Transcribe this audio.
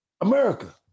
America